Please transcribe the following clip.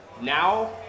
Now